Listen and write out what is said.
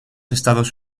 estados